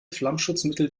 flammschutzmittel